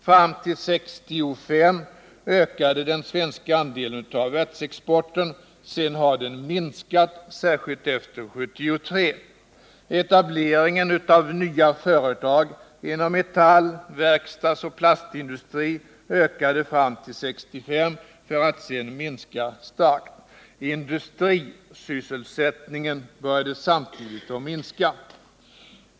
Fram till 1965 ökade den svenska andelen av världsexporten. Sedan har den minskat, särskilt efter 1973. Etableringen av nya företag inom metall-, verkstadsoch plastindustrin ökade fram till 1965 för att sedan minska starkt. Industrisysselsättningen började samtidigt minska.